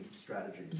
strategies